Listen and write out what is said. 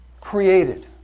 created